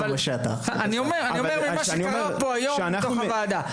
אני אומר, ממה שקרה פה היום, בתוך הוועדה.